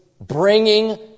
Bringing